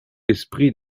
esprit